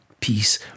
peace